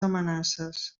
amenaces